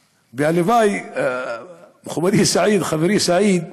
והלוואי, מכובדי סעיד, חברי סעיד,